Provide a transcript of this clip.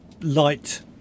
light